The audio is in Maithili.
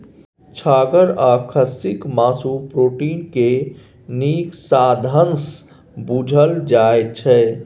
छागर आ खस्सीक मासु प्रोटीन केर नीक साधंश बुझल जाइ छै